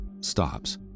stops